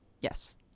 yes